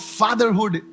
fatherhood